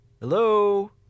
Hello